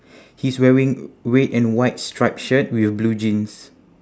he's wearing red and white stripe shirt with blue jeans